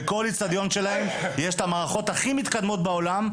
בכל אצטדיון שלהם יש את המערכות הכי מתקדמות בעולם.